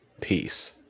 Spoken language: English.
peace